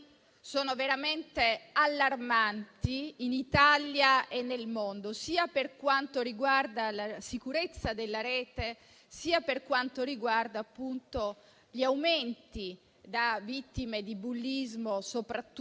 sono veramente allarmanti, sia per quanto riguarda la sicurezza della rete, sia per quanto riguarda gli aumenti delle vittime di bullismo, soprattutto